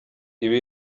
ibi